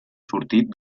sortit